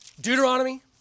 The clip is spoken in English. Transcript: Deuteronomy